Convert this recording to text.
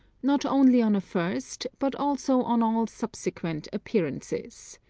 not only on a first but also on all subsequent appearances.